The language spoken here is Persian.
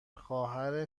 خواهر